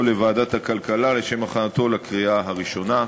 לוועדת הכלכלה לשם הכנתו לקריאה הראשונה.